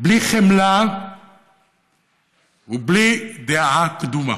בלי חמלה ובלי דעה קדומה,